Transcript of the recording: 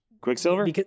Quicksilver